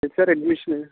fresher admission